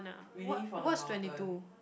we live on the mountain